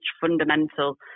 fundamental